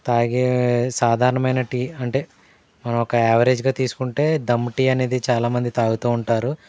తాగే సాధారణమైన టీ అంటే మనం ఒక యావరేజ్గా తీసుకుంటే ధమ్ టీ అనేది చాలా మంది తాగుతూ ఉంటారు